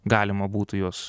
galima būtų juos